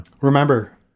Remember